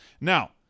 Now